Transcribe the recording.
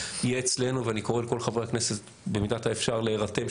יהיה אצלנו ואני קורא לכל חברי הכנסת במידת האפשר להירתם,